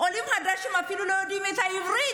עולים חדשים שאפילו לא יודעים עברית,